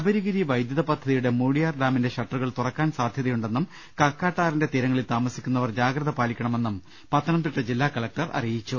ശബരിഗിരി വൈദ്യുത പദ്ധതിയുടെ മൂഴിയാർ ഡാമിന്റെ ഷട്ട റുകൾ തുറക്കാൻ സാധ്യതയുണ്ടെന്നും കക്കട്ടാറിന്റെ തീരങ്ങളിൽ താമ സിക്കുന്നവർ ജാഗ്രത പാലിക്കണമെന്നും പത്തനംതിട്ട ജില്ലാ കലക്ടർ അറി യിച്ചു